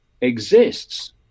exists